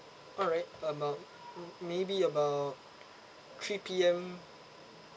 alright um about m~ maybe about three P_M